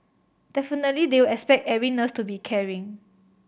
definitely they will expect every nurse to be caring